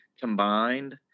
combined